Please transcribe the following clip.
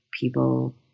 people